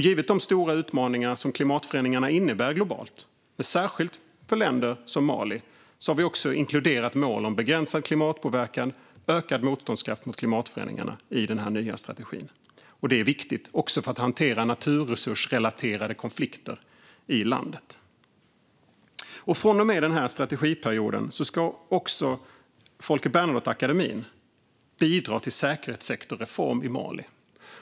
Givet de stora utmaningar som klimatförändringarna innebär globalt, särskilt för länder som Mali, har vi också inkluderat mål om begränsad klimatpåverkan och ökad motståndskraft mot klimatförändringarna i den nya strategin. Detta är viktigt för att hantera naturresursrelaterade konflikter i landet. Från och med den här strategiperioden ska Folke Bernadotteakademin bidra till en reform av säkerhetssektorn i Mali.